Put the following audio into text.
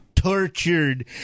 tortured